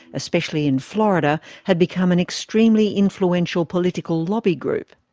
especially in florida, had become an extremely influential political lobby group.